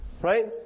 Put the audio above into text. Right